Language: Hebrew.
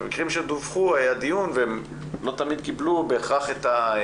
במקרים אלה היה דיון ולא תמיד ידעו האם